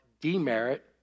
demerit